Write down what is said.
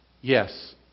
Yes